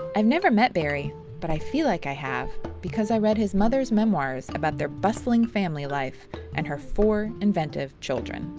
i've never met barry but i feel like i have because i read his mother's memoirs about their bustling family life and her four inventive children.